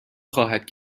خواهد